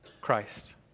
Christ